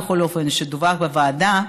בכל אופן שדֻווח בוועדה,